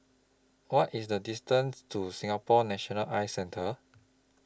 What IS The distance to Singapore National Eye Centre